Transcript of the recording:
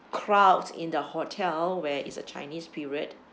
crowds in the hotel where it's a chinese period